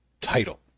title